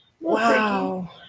wow